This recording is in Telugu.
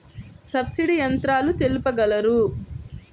సబ్సిడీ యంత్రాలు తెలుపగలరు?